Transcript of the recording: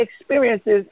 experiences